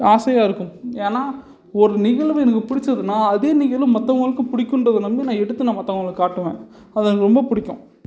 ஆசையாக இருக்கும் ஏன்னா ஒரு நிகழ்வு எனக்கு பிடிச்சதுனா அதே நிகழ்வு மற்றவங்களுக்கும் பிடிக்குன்றத நம்பி நான் எடுத்து நான் மற்றவங்களுக்கு காட்டுவேன் அது எனக்கு ரொம்ப பிடிக்கும்